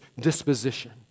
disposition